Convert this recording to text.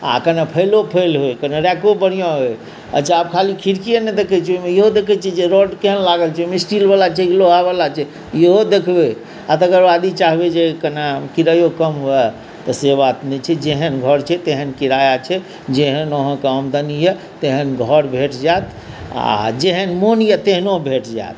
आ कनि फैलो फैल हुए कनी रैको बढ़िऑं होय अच्छा खाली खिड़कीए नहि देखै छियै ओहिमे इहो देखै छियै जे रोड केहन लागल छै एहिमे स्टील बला छै की लोहा बला छै इहो देखबै आ तेकर बाद ई चाहबै जे कने किरायो कम हुए तऽ से बात नहि छै जेहन घर छै तेहन किराया छै जेहन अहाँके आमदनी अछि तेहन घर भेट जायत आ जेहन मोन अछि तेहनो भेट जायत